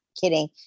kidding